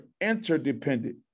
interdependent